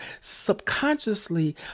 subconsciously